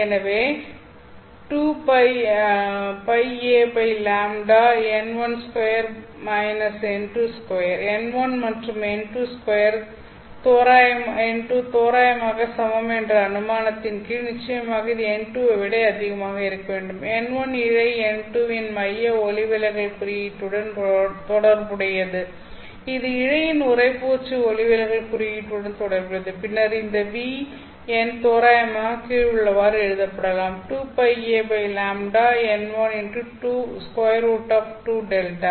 எனவே n1 மற்றும் n2 தோராயமாக சமம் என்ற அனுமானத்தின் கீழ் நிச்சயமாக இது n2 ஐ விட அதிகமாக இருக்க வேண்டும் n1 இழை n2 இன் மைய ஒளிவிலகல் குறியீட்டுடன் தொடர்புடையது இது இழையின் உறைப்பூச்சு ஒளிவிலகல் குறியீட்டுடன் தொடர்புடையது பின்னர் இந்த V எண் தோராயமாக கீழுள்ளவாறு எழுதப்படலாம்